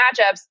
matchups